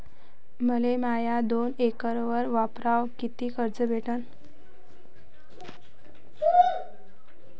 मले माया दोन एकर वावरावर कितीक कर्ज भेटन?